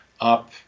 up